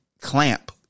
clamp